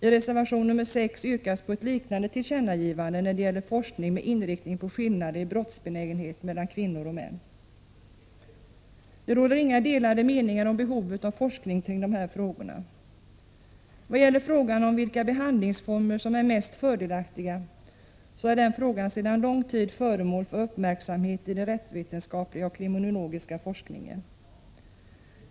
I reservation nr 6 yrkas på ett liknande tillkännagivande när det gäller forskning med inriktning på skillnader i brottsbenägenhet mellan kvinnor och män. Det råder inga delade meningar om behovet av forskning kring de här = Prot. 1986/87:133 frågorna. 1 juni 1987 Frågan om vilka behandlingsformer som är mest fördelaktiga är sedan lång tid föremål för uppmärksamhet i den rättsvetenskapliga och kriminologiska forskningen.